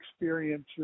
experiences